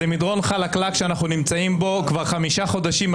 זה מדרון חלקלק שאנו נמצאים בו כבר חמישה חודשים,